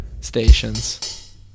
stations